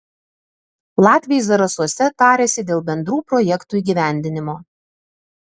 latviai zarasuose tarėsi dėl bendrų projektų įgyvendinimo